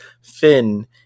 Finn